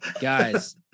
Guys